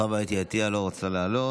חוה אתי עטייה לא רוצה לעלות.